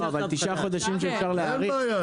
אין בעיה,